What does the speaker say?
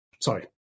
Sorry